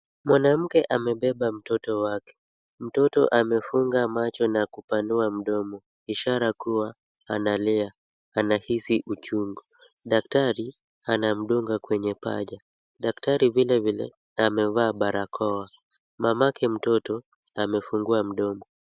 Mwanamke amebeba mtoto wake. Mtoto amefunga macho na kupanua mdomo, ishara kuwa analia, anahisi uchungu. Daktari anamdunga kwenye paja. Daktari vilevile amevaa barakoa. Mamake mtoto amefungua mdomo.